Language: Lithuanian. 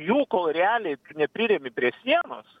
jų kol realiai nepriremi prie sienos